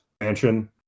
mansion